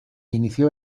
inició